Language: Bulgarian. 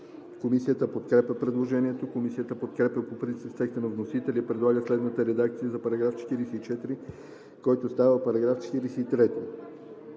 Комисията подкрепя предложението. Комисията подкрепя по принцип текста на вносителя и предлага следната редакция за § 49, който става § 48: „§ 48.